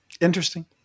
interesting